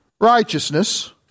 righteousness